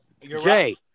Jay